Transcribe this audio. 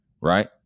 Right